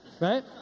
right